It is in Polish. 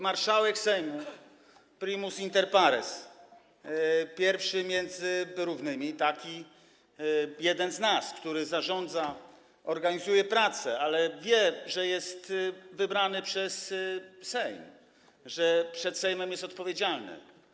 Marszałek Sejmu, primus inter pares, pierwszy między równymi, jeden z nas, który zarządza, organizuje pracę, ale wie, że jest wybrany przez Sejm, że przed Sejmem jest odpowiedzialny.